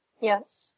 Yes